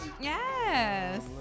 Yes